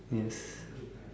yes